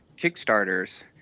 Kickstarters